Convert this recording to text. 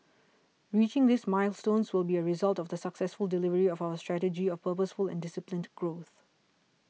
reaching these milestones will be a result of the successful delivery of our strategy of purposeful and disciplined growth